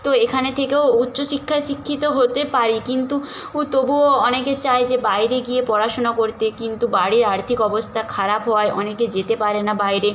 তো এখানে থেকেও উচ্চ শিক্ষায় শিক্ষিত হতে পারি কিন্তু উ তবুও অনেকে চায় যে বাইরে গিয়ে পড়াশোনা করতে কিন্তু বাড়ির আর্থিক অবস্থা খারাপ হওয়ায় অনেকে যেতে পারে না বাইরে